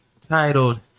titled